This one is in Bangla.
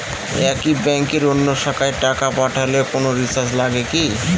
একই ব্যাংকের অন্য শাখায় টাকা পাঠালে কোন চার্জ লাগে কি?